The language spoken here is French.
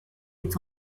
est